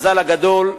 המזל הגדול,